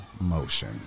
motion